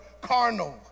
carnal